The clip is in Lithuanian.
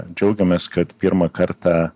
džiaugiamės kad pirmą kartą